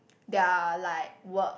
their like work